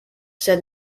said